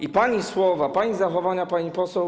I pani słowa, pani zachowania, pani poseł.